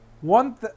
one